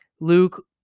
Luke